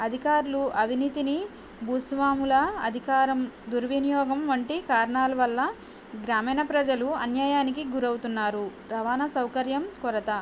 అధికారులు అవినీతిని భూస్వాముల అధికారం దుర్వినియోగం వంటి కారణాల వల్ల గ్రామీణ ప్రజలు అన్యాయానికి గురి అవుతున్నారు రవాణా సౌకర్యం కొరత